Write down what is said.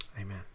amen